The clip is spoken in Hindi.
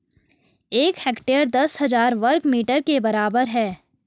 एक हेक्टेयर दस हजार वर्ग मीटर के बराबर है